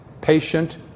patient